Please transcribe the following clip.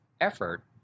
effort